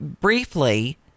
briefly